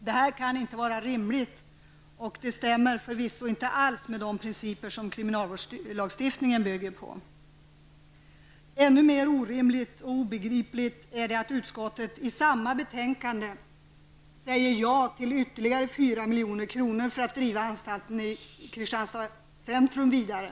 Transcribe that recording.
Det kan inte vara rimligt, och det stämmer förvisso inte alls med de principer som kriminalvårdslagstiftningen bygger på. Än mera orimligt och obegripligt är det att utskottet i samma betänkande tillstyrker ytterligare 4 milj.kr. för att driva anstalten i Kristianstad centrum vidare.